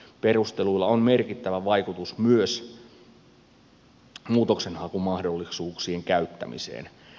perusteluilla on merkittävä vaikutus myös muutoksenhakumahdollisuuksien käyttämiseen